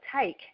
take